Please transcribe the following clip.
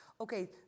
okay